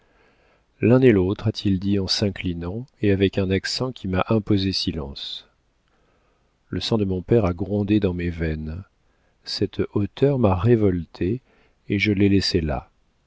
l'un et l'autre a-t-il dit en s'inclinant et avec un accent qui m'a imposé silence le sang de mon père a grondé dans mes veines cette hauteur m'a révoltée et je l'ai laissé là